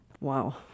Wow